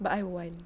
but I want